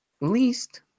least